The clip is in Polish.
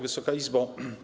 Wysoka Izbo!